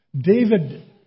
David